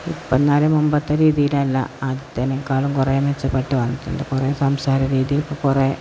ഇപ്പെന്നാൽ മുൻപത്തെ രീതിയിലല്ല ആദ്യത്തേതിനേക്കാളും കുറേ മെച്ചപ്പെട്ടു വന്നിട്ടുണ്ട് കുറേ സംസാര രീതിയൊക്കെ കുറേ